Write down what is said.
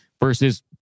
Versus